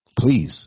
please